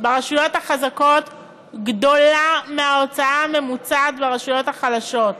ברשויות החזקות גדולה מההוצאה הממוצעת ברשויות החלשות.